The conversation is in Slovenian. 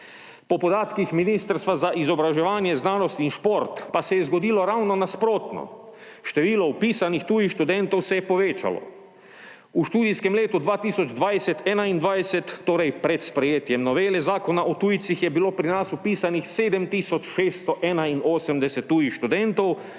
Po podatkih Ministrstva za izobraževanje, znanost in šport pa se je zgodilo ravno nasprotno. Število vpisanih tujih študentov se je povečalo. V študijskem letu 2020/2021, torej pred sprejetjem novele Zakona o tujcih, je bilo pri nas vpisanih 7 tisoč 681 tujih študentov,